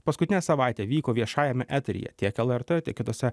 paskutinę savaitę vyko viešajame eteryje tiek lrt tiek kitose